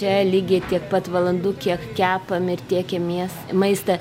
čia lygiai tiek pat valandų kiek kepam ir tiekiam mies maistą